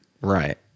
Right